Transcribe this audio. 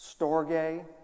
Storge